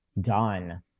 done